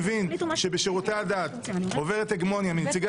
שכשבשירותי הדת עוברת הגמוניה מנציגי